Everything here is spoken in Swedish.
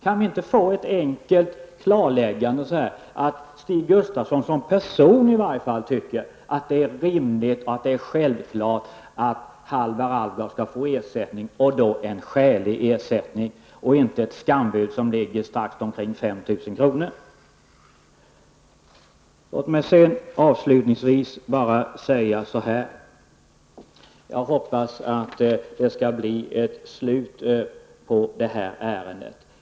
Kan vi inte få ett enkelt klargörande, att i varje fall Stig Gustafsson som person tycker att det är rimligt och självklart att Halvar Alvgard skall få ersättning, och då en skälig ersättning och inte ett skambud som ligger omkring 5 000 kr. Låt mig sedan avslutningsvis bara säga att jag hoppas att det skall bli ett slut på det här ärendet.